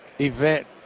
event